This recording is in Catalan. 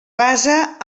basa